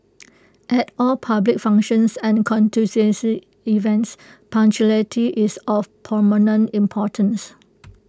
at all public functions and events punctuality is of paramount importance